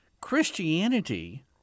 Christianity